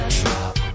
drop